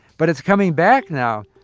but it's coming back now.